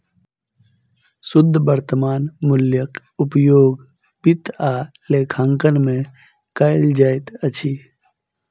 शुद्ध वर्त्तमान मूल्यक उपयोग वित्त आ लेखांकन में कयल जाइत अछि